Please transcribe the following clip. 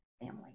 family